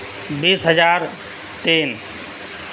بیس ہزار تین